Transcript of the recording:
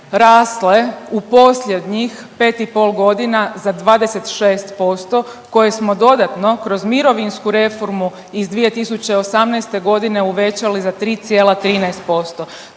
rasle u posljednjih 5 i pol godina za 26% koje smo dodatno kroz mirovinsku reformu iz 2018. godine uvećali za 3,13%.